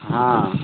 হাঁ